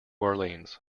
orleans